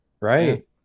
right